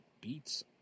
beats